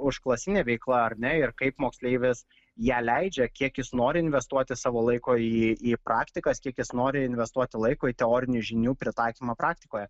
užklasinė veikla ar ne ir kaip moksleivis ją leidžia kiek jis nori investuoti savo laiko į į praktikas kiek jis nori investuoti laiko į teorinių žinių pritaikymą praktikoje